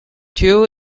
two